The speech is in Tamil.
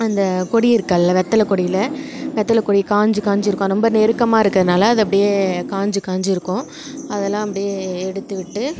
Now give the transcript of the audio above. அந்த கொடி இருக்கில்ல அந்த வெற்றில கொடியில் வெற்றில கொடி காஞ்சு காஞ்சு இருக்கும் ரொம்ப நெருக்கமாக இருக்கிறனால அது அப்படியே காஞ்சு காஞ்சு இருக்கும் அதெல்லாம் அப்படியே எடுத்துவிட்டு